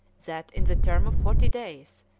that, in the term of forty days,